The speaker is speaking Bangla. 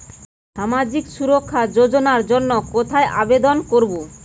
সামাজিক সুরক্ষা যোজনার জন্য কোথায় আবেদন করব?